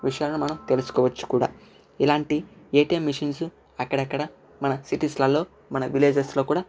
విషయాన్ని మనం తెలుసుకోవచ్చు కూడా ఇలాంటి ఏటీఎం మిషన్స్ అక్కడక్కడ మన సిటీస్ లలో మన విలేజెస్ లల్లో కూడా